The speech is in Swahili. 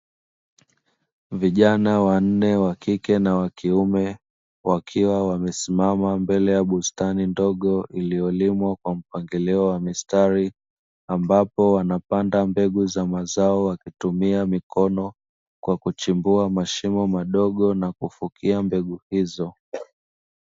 Vijana wanne wa kike na wa kiume wakiwa wamesimama mbele ya bustani ndogo iliyolimwa kwa mpangilio wa mistari, ambapo wanapanda mbegu za mazao wakitumia mikono kwa kuchimbua mashimo madogo na kufukia mbegu hizo.